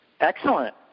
Excellent